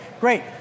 great